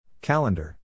Calendar